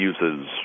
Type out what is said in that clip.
uses